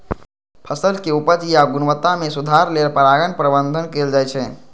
फसलक उपज या गुणवत्ता मे सुधार लेल परागण प्रबंधन कैल जाइ छै